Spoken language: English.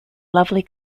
lovely